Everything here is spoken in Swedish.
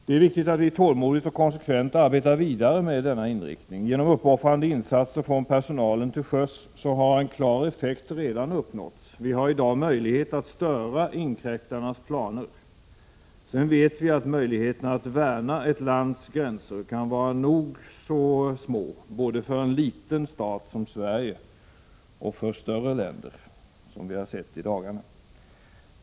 Det är viktigt att vi tålmodigt och konsekvent arbetar vidare med denna inriktning. Genom uppoffrande insatser från personalen till sjöss har en klar effekt redan uppnåtts. Vi har i dag möjlighet att störa inkräktarnas planer. Men vi vet att möjligheterna att värna ett lands gränser kan vara nog så små, både för en liten stat som Sverige och för större länder — som vi sett i dagarna.